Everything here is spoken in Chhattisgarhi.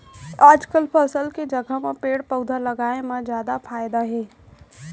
आजकाल फसल के जघा म पेड़ पउधा लगाए म जादा फायदा हे